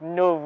no